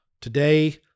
Today